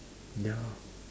ya